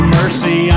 mercy